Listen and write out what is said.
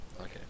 Okay